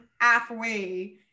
halfway